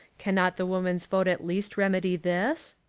cannot the woman's vote at least remedy this?